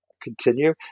continue